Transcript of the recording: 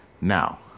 Now